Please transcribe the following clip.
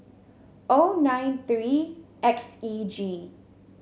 O nine three X E G